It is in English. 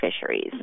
fisheries